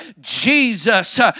Jesus